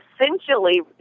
essentially